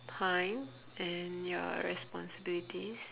time and your responsibilities